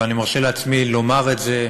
ואני מרשה לעצמי לומר את זה,